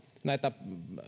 näitä